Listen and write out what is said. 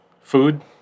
food